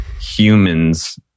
humans